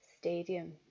stadium